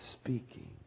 speaking